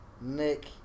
Nick